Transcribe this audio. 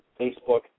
Facebook